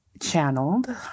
channeled